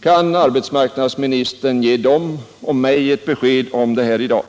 Kan arbetsmarknadsministern ge dem och mig ett besked om detta i dag?